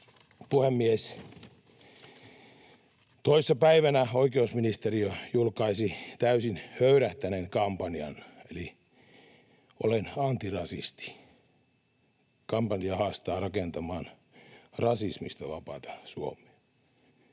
puhemies! Toissa päivänä oikeusministeriö julkaisi täysin höyrähtäneen kampanjan eli Olen Antirasisti. Kampanja haastaa rakentamaan rasismista vapaata Suomea.